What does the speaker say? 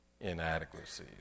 inadequacies